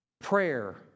Prayer